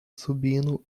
subindo